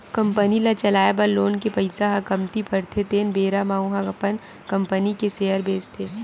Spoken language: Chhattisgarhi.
कंपनी ल चलाए बर लोन के पइसा ह कमती परथे तेन बेरा म ओहा अपन कंपनी के सेयर बेंचथे